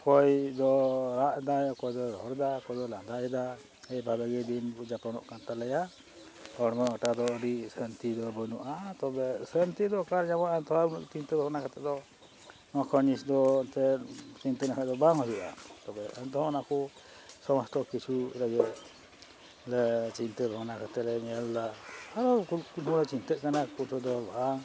ᱚᱠᱚᱭ ᱫᱚ ᱨᱟᱜ ᱮᱫᱟᱭ ᱚᱠᱚᱭ ᱫᱚ ᱨᱚᱦᱚᱲᱫᱟ ᱚᱠᱚᱭ ᱫᱚ ᱞᱟᱸᱫᱟᱭᱮᱫᱟ ᱮᱸᱰᱮᱜᱮ ᱫᱤᱱ ᱡᱟᱯᱚᱱᱚᱜ ᱠᱟᱱ ᱛᱟᱞᱮᱭᱟ ᱦᱚᱲᱢᱚ ᱦᱚᱴᱟ ᱫᱚ ᱟᱹᱰᱤ ᱥᱟᱹᱱᱛᱤ ᱫᱚ ᱵᱟᱹᱱᱩᱜᱼᱟ ᱛᱚᱵᱮ ᱥᱟᱹᱱᱛᱤ ᱫᱚ ᱚᱠᱟᱞᱮ ᱧᱟᱢᱚᱜᱼᱟ ᱛᱷᱚᱲᱟ ᱪᱤᱱᱛᱟᱹ ᱨᱚᱦᱚᱱᱟ ᱠᱟᱛᱮ ᱫᱚ ᱱᱚᱣᱟ ᱠᱷᱚᱡ ᱡᱤᱱᱤᱥ ᱫᱚ ᱮᱱᱛᱮᱜ ᱪᱤᱱᱛᱟᱹ ᱞᱮᱠᱷᱟᱱ ᱫᱚ ᱵᱟᱝ ᱦᱩᱭᱩᱜᱼᱟ ᱛᱚᱵᱮ ᱮᱱᱛᱮᱦᱚᱸ ᱚᱱᱟᱠᱚ ᱥᱚᱢᱚᱥᱛᱚ ᱠᱤᱪᱷᱩ ᱨᱮᱜᱮ ᱪᱤᱱᱛᱟᱹ ᱵᱷᱟᱵᱽᱱᱟ ᱠᱟᱛᱮᱞᱮ ᱧᱮᱞᱫᱟ ᱟᱨᱚ ᱪᱤᱱᱛᱟᱹᱜ ᱠᱟᱱᱟ ᱠᱩᱴᱷᱟᱹ ᱫᱚ ᱵᱟᱝ